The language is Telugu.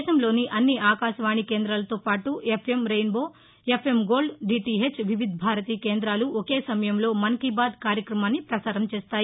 దేశంలోని అన్ని ఆకాశవాణి కేంద్రాలతోపాటు FM rainbow FM gold DTH Vividh Bharati కేందాలు ఒకే సమయంలో మన్ కీ బాత్ కార్యక్రమాన్ని పసారం చేస్తాయి